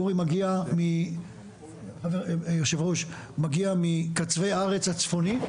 אורי מגיע, יושב הראש, מגיע מקצווי הארץ הצפוניים.